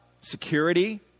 security